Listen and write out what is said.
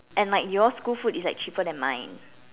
and like your school food is like cheaper than mine